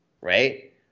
right